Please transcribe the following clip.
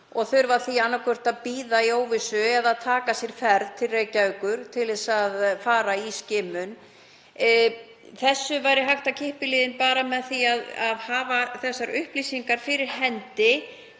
og þurfa því annaðhvort að bíða í óvissu eða taka sér ferð til Reykjavíkur til að fara í skimun. Þessu væri hægt að kippa í liðinn bara með því að hafa þessar upplýsingar fyrir hendi